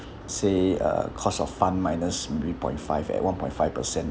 say uh cost of fund minus three point five at one point five percent